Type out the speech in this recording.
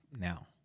now